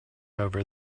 over